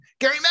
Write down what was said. Gary